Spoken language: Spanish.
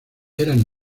eran